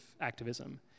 activism